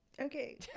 okay